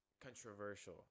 controversial